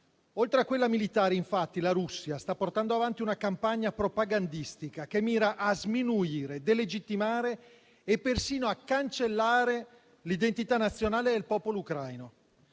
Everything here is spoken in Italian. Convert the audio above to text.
Oltre a quella militare, infatti, la Russia sta portando avanti una campagna propagandistica che mira a sminuire, delegittimare e persino a cancellare l'identità nazionale del popolo ucraino.